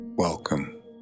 Welcome